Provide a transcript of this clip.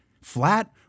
flat